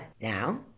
Now